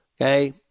okay